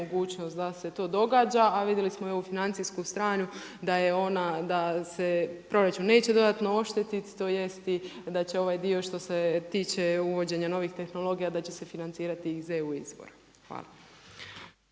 da se to događa, a vidjeli smo i financijsku stranu da se proračun neće dodatno oštetiti, tj. da će i ovaj dio što se tiče uvođenja novih tehnologija da će se financirati iz EU izvora. Hvala.